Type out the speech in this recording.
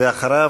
ואחריו,